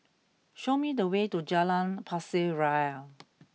show me the way to Jalan Pasir Ria